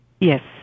Yes